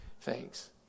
Thanks